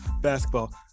basketball